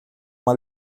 uma